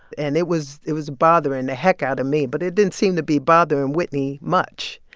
and it was it was bothering the heck out of me, but it didn't seem to be bothering whitney much.